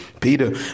Peter